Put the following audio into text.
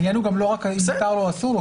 העניין הוא לא רק האם מותר לו או אסור לו,